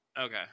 okay